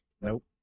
nope